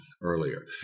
earlier